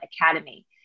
Academy